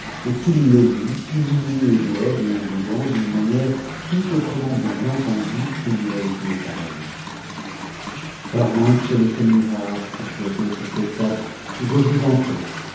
et qu'il le vit ithnniné au dehors en dedans d'une manière tout autrement bien entendue qu'il ne t'avait vu auparavant charmante schemselnihar sécria t it à ce spectacle je vous entends